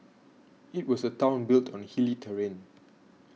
it was a town built on hilly terrain